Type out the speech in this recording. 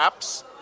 apps